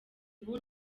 ubu